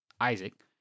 Isaac